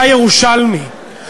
אתה ירושלמי,